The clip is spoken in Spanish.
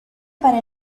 para